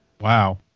Wow